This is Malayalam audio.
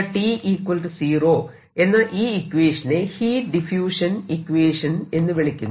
2T 0 എന്ന ഈ ഇക്വേഷനെ ഹീറ്റ് ഡിഫ്യൂഷൻ ഇക്വേഷൻ എന്ന് വിളിക്കുന്നു